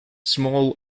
small